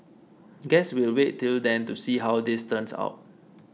guess we'll wait till then to see how this turns out